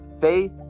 faith